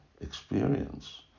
experience